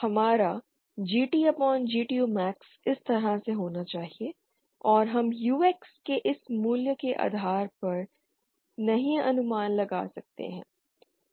हमारा GT upon GTU max इस तरह से होना चाहिए और हम UX के इस मूल्य के आधार पर नहीं अनुमान लगा सकते हैं